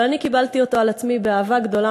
אבל אני קיבלתי אותו על עצמי באהבה גדולה